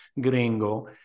gringo